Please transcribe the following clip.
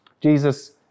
Jesus